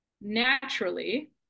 naturally